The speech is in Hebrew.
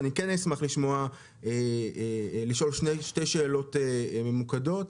אני כן אשמח לשאול שתי שאלות ממוקדות.